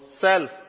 self